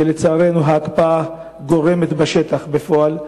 שלצערנו ההקפאה גורמת בשטח בפועל.